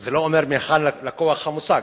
זה לא אומר מהיכן לקוח המושג.